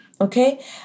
Okay